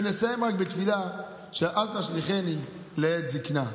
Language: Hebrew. ונסיים רק בתפילה של "אל תשליכני לעת זקנה".